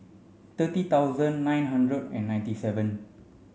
thirty thousand nine hundred and ninety seven